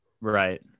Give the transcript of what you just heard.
right